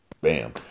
Bam